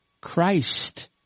Christ